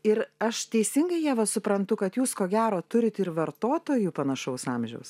ir aš teisingai ieva suprantu kad jūs ko gero turit ir vartotojų panašaus amžiaus